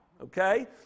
Okay